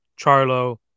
Charlo